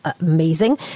amazing